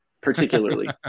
particularly